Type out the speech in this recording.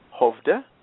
Hovde